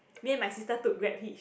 me and my sister took Grab hitch